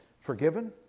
forgiven